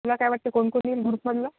तुला काय वाटतं कोण कोण येईल ग्रुपमधलं